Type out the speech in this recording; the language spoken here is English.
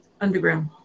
underground